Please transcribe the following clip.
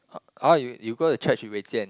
oh you go to church with Wei-Jian